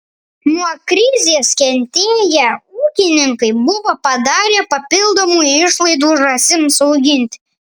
nuo krizės kentėję ūkininkai buvo padarę papildomų išlaidų žąsims auginti